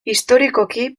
historikoki